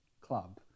club